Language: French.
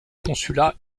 consulat